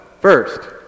First